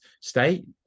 state